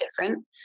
different